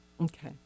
Okay